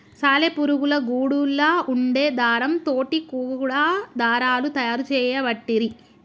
సాలె పురుగుల గూడులా వుండే దారం తోటి కూడా దారాలు తయారు చేయబట్టిరి